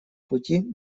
пути